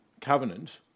Covenant